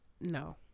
no